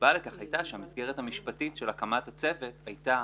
הסיבה לכך הייתה שהמסגרת המשפטית של הקמת הצוות הייתה